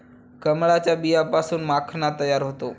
कमळाच्या बियांपासून माखणा तयार होतो